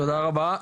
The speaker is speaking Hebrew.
תודה רבה,